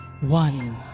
one